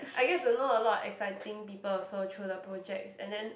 I get to know a lot of exciting people also through the projects and then